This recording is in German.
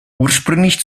ursprünglich